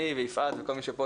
אני ויפעת וכל מי שכאן,